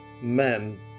men